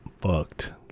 fucked